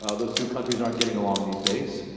ah those two countries aren't getting along these days.